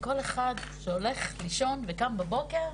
זה כל אחד שהולך לישון וקם בבוקר,